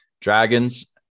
Dragons